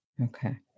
okay